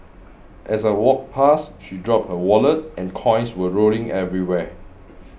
as I walked past she dropped her wallet and coins went rolling everywhere